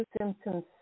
symptoms